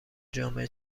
جامعه